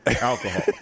alcohol